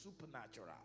supernatural